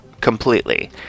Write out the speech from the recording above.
completely